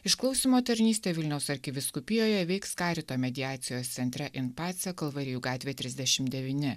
išklausymo tarnystė vilniaus arkivyskupijoje veiks karito mediacijos centre in pace kalvarijų gatvė trisdešim devyni